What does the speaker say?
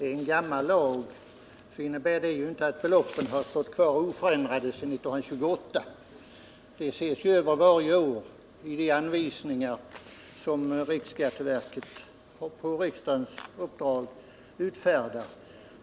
Herr talman! Det förhållandet att det gäller en lag från 1928 innebär inte att beloppen stått kvar oförändrade sedan dess. De ses över varje år enligt de anvisningar som riksskatteverket på riksdagens uppdrag utfärdar.